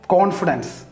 Confidence